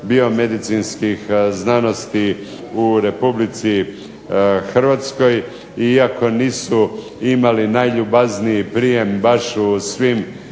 biomedicinskih znanosti u Republici Hrvatskoj iako nisu imali najljubazniji prijem baš u svim